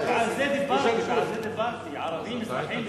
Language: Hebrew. על זה דיברתי, ערבים אזרחי מדינת ישראל.